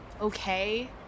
okay